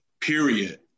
period